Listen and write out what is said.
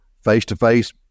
face-to-face